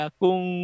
kung